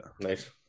Nice